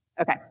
Okay